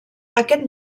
aquest